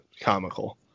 comical